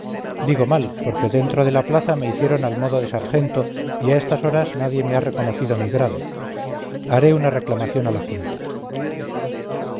digo mal porque dentro de la plaza me hicieron al modo de sargento y a estas horas nadie me ha reconocido mi grado haré una reclamación a la junta